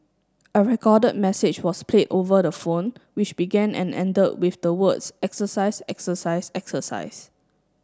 a recorded message was played over the phone which began and ended with the words exercise exercise exercise